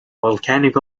volcanic